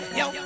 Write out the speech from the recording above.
yo